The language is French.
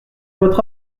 votre